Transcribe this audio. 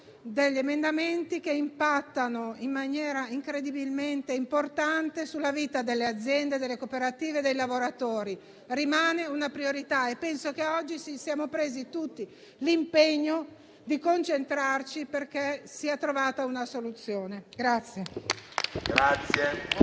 sono emendamenti che impattano in maniera incredibilmente importante sulla vita delle aziende, delle cooperative e dei lavoratori. Rimane una priorità e penso che oggi ci siamo presi tutti l'impegno di concentrarci, perché venga trovata una soluzione.